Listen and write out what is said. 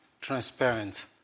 transparent